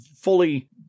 fully